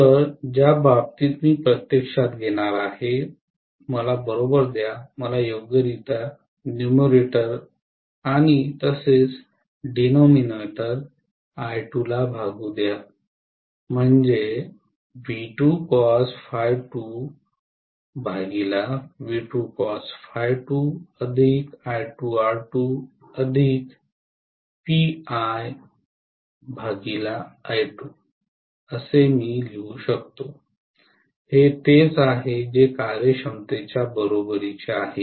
तर ज्या बाबतीत मी प्रत्यक्षात घेणार आहे मला बरोबर द्या मला योग्यरित्या न्यूमेरटर आणि तसेच डिनोमिनटर I2 ला भागू द्या म्हणजे मी लिहू शकतो हे तेच आहे जे कार्यक्षमतेच्या बरोबरीचे आहे